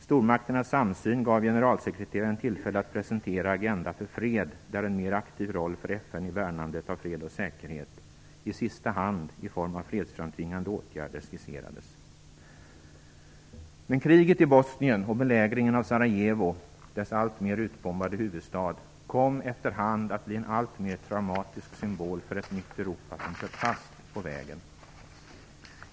Stormakternas samsyn gav generalsekreteraren tillfälle att presentera "Agenda för fred", där en mer aktiv roll för FN i värnandet av fred och säkerhet - i sista hand i form av fredsframtvingande åtgärder - skisserades. Men kriget i Bosnien och belägringen av Sarajevo, dess alltmer utbombade huvudstad, kom efter hand att bli till en alltmer traumatisk symbol för ett nytt Europa som kört fast på vägen.